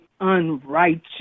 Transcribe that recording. unrighteous